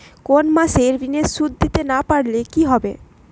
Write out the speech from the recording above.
কোন মাস এ ঋণের সুধ দিতে না পারলে কি হবে?